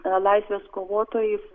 laisvės kovotojais